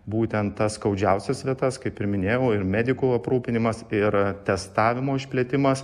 būtent tas skaudžiausias vietas kaip ir minėjau ir medikų aprūpinimas ir testavimo išplėtimas